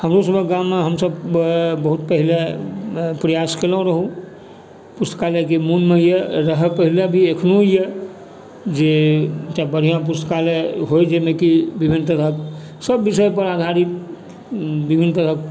हमरो सभक गाममे हमसभ बहुत पहिले प्रयास केलूँ रहुँ पुस्तकालयके मनमेए रहय पहिले भी अखनोए जे एकटा बढ़िआँ पुस्तकालय होइ जाहिमे कि विभिन्न तरहक सभ विषय पर आधारित विभिन्न तरहक